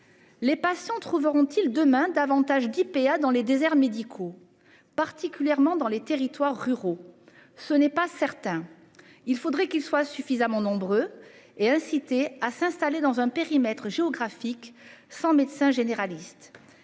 Les patients trouveront-ils demain davantage d'IPA dans les déserts médicaux, particulièrement dans les territoires ruraux. Ce n'est pas certain, il faudrait qu'ils soient suffisamment nombreux et incité à s'installer dans un périmètre géographique sans médecin généraliste.